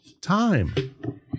time